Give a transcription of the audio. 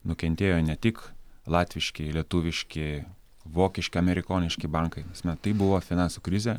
nukentėjo ne tik latviški lietuviški vokiški amerikoniški bankai na tai buvo finansų krizė